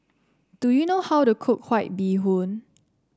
do you know how to cook White Bee Hoon